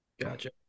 Gotcha